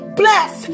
bless